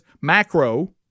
macro